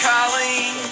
Colleen